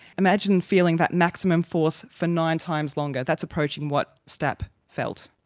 imagine feeling that maximum force for nine times longer, that's approaching what stapp felt.